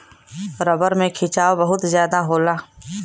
rubber में खिंचाव बहुत जादा होला